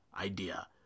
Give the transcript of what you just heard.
idea